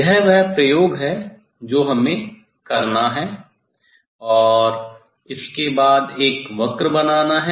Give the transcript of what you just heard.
यह वह प्रयोग है जो हमें करना है और उसके बाद एक वक्र बनाना है